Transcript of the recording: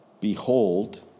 Behold